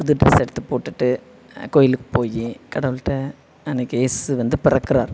புது ட்ரெஸ் எடுத்து போட்டுவிட்டு கோயிலுக்கு போய் கடவுள்கிட்ட அன்னைக்கு இயேசு வந்து பிறக்கிறார்